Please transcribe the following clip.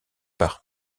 par